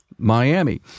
Miami